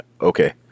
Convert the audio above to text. Okay